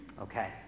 Okay